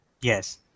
Yes